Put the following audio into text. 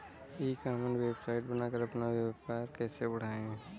ई commerce website बनाकर अपना व्यापार कैसे बढ़ाएँ?